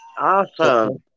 Awesome